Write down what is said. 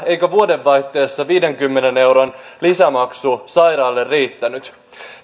eikö vuodenvaihteessa viidenkymmenen euron lisämaksu sairaalle riittänyt